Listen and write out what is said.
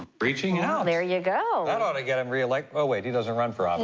reaching out. there you go. that ought to get him re-elect ah wait he doesn't run for um